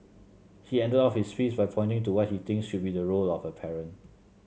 he ended off his piece by pointing to what he thinks should be the role of a parent